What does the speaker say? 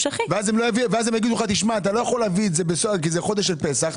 ואז הם יגידו לך אתה לא יכול להביא את זה כי זה חודש של פסח,